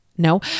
no